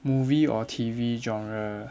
movie or T_V genre